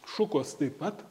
šukos taip pat